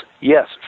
Yes